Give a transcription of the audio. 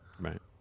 right